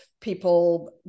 people